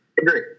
Agree